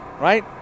right